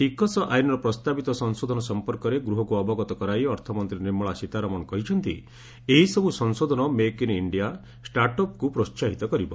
ଟିକସ ଆଇନର ପ୍ରସ୍ତାବିତ ସଂଶୋଧନ ସମ୍ପର୍କରେ ଗୃହକୁ ଅବଗତ କରାଇ ଅର୍ଥମନ୍ତ୍ରୀ ନିର୍ମଳା ସୀତାରମଣ କହିଛନ୍ତି ଏହିସବୁ ସଂଶୋଧନ ମେକ୍ ଇନ୍ ଇଣ୍ଡିଆ ଷ୍ଟାର୍ଟ ଅପ୍କୁ ପ୍ରୋହାହିତ କରିବ